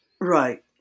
Right